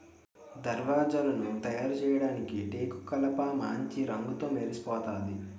దర్వాజలను తయారుచేయడానికి టేకుకలపమాంచి రంగుతో మెరిసిపోతాది